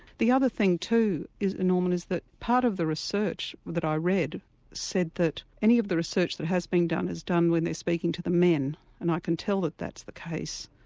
the other thing too norman is that part of the research that i read said that any of the research that has been done is done when they're speaking to the men and i can tell that that's the case,